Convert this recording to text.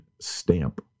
stamp